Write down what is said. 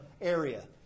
area